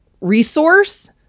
resource